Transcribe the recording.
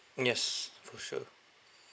yes for sure